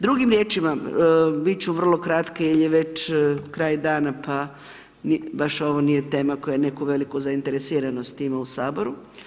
Drugim riječima, biti ću vrlo kratka jer je već kraj dana pa baš ovo nije tema koja neku veliku zainteresiranost ima u Saboru.